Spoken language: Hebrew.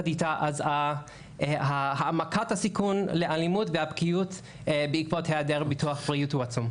אז העמקת הסיכון לאלימות והפגיעות בעקבות היעדר ביטוח בריאות הוא עצום.